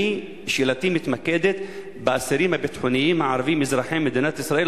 שאלתי מתמקדת באסירים הביטחוניים הערבים אזרחי מדינת ישראל,